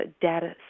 data